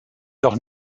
doch